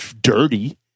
dirty